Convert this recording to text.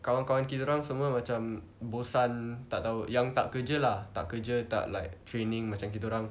kawan-kawan kita orang semua macam bosan tak tahu yang tak kerja lah tak kerja tak like training macam kita orang